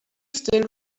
still